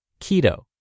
keto